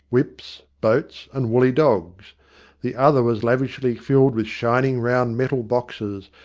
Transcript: whips, boats, and woolly dogs the other was lavishly filled with shining, round metal boxes,